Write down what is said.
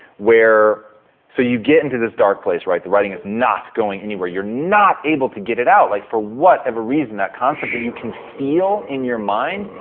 so you get into this dark place, right, the writing is not going anywhere. you're not able to get it out like for whatever reason. that concept that you can feel in your mind,